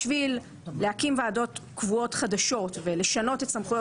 בשביל להקים ועדות קבועות חדשות ולשנות את סמכויות